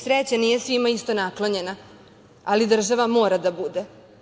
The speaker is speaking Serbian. Sreća nije svima isto naklonjena, ali država mora da bude.